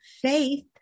Faith